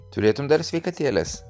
turėtum dar sveikatėlės